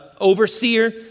overseer